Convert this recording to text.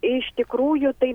iš tikrųjų tai